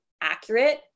accurate